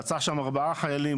רצח שם ארבעה חיילים,